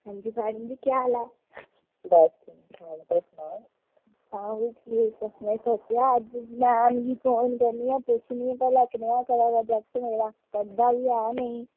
आं जी मैडम जी केह् हाल ऐ बस तुस सनाओ ते में सोचेआ अज्ज मैडम गी फोन करनी आं की पुच्छनी आं कनेहा चला दा जागत् मेरा पढ़दा बी ऐ जां नेईं